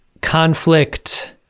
conflict